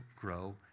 grow